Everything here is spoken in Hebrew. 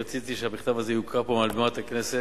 אני רציתי שהמכתב הזה יוקרא פה מעל בימת הכנסת,